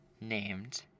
named